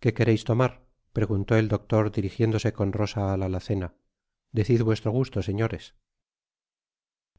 qué queréis tomar preguntó el doctor dirigiéndose con bosa á la alacena decid vuestro gusto señores